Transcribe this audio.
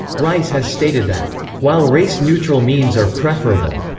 rice has stated that while race-neutral means are preferable,